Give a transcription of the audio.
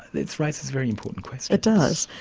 it raises very important questions. it does.